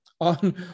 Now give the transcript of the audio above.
on